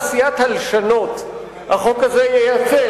איזו תעשיית הלשנות החוק הזה ייצר?